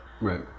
Right